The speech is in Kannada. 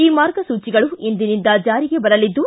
ಈ ಮಾರ್ಗಸೂಚಿಗಳು ಇಂದಿನಿಂದ ಜಾರಿಗೆ ಬರಲಿದ್ದು